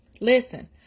Listen